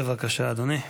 בבקשה, אדוני.